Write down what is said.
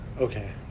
Okay